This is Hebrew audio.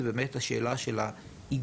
זו באמת השאלה של האיגום,